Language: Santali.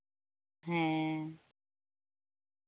ᱦᱮᱸ